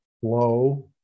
flow